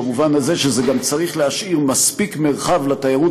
במובן הזה שזה גם צריך להשאיר מספיק מרחב לתיירות